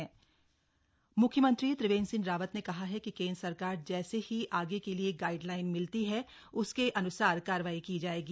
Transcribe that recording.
CM on corona म्ख्यमंत्री त्रिवेंद्र सिंह रावत ने कहा है कि केन्द्र सरकार से जैसे ही आगे के लिए गाइड लाइन मिलती है उसके अन्सार कार्यवाही की जाएगी